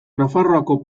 nafarroako